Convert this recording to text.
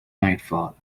nightfall